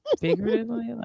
figuratively